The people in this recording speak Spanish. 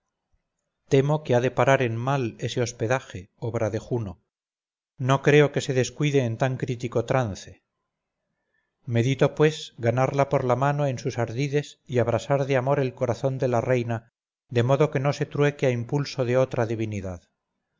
temo que ha de parar en mal ese hospedaje obra de juno no creo que se descuide en tan crítico trance medito pues ganarla por la mano en sus ardides y abrasar de amor el corazón de la reina de modo que no se trueque a impulso de otra divinidad